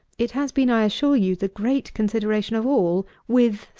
it has been, i assure you, the great consideration of all with,